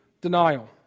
denial